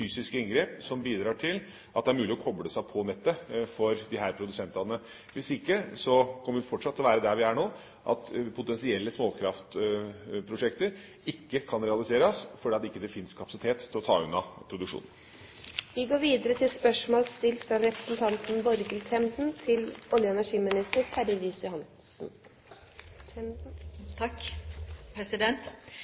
inngrep som bidrar til at det er mulig å koble seg opp på nettet for disse produsentene. Hvis ikke kommer vi fortsatt til å være der vi er nå – at potensielle småkraftprosjekter ikke kan realiseres fordi det ikke finnes kapasitet til å ta unna produksjonen.